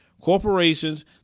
corporations